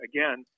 Again